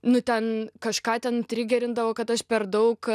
nu ten kažką ten trigerindavo kad aš per daug